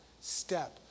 step